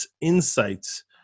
insights